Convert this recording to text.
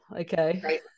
Okay